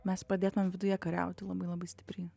mes padėtumėm viduje kariauti labai labai stipriai